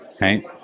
right